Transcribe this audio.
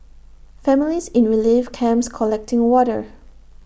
families in relief camps collecting water